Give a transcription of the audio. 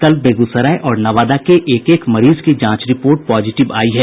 कल बेगूसराय और नवादा के एक एक मरीज की जांच रिपोर्ट पॉजिटिव आई है